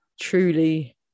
truly